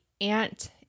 aunt